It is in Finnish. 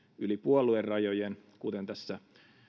yli puoluerajojen kuten tässä